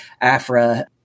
Afra